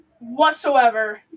whatsoever